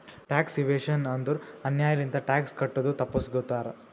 tax evasion ಅಂದುರ್ ಅನ್ಯಾಯ್ ಲಿಂತ ಟ್ಯಾಕ್ಸ್ ಕಟ್ಟದು ತಪ್ಪಸ್ಗೋತಾರ್